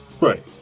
Right